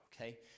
okay